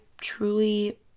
truly